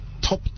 top